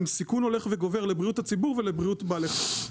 עם סיכון הולך וגובר לבריאות הציבור ולבריאות בעלי החיים.